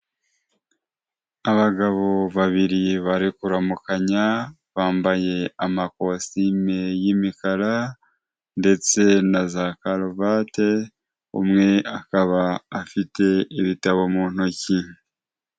Abagabo babiri bari kuramukanya, bambaye amakositime y'imikara ndetse na za karuvate, umwe akaba afite ibitabo mu ntoki.